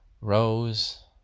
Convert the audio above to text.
rows